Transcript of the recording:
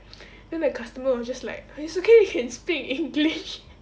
then the customer was just like it's okay you can speak in english